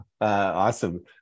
Awesome